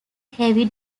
heavy